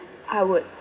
I would